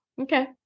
Okay